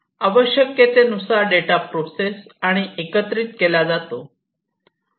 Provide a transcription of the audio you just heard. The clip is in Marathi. आवश्यकतेनुसार डेटा प्रोसेस आणि एकत्रित केला जातो